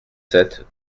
sept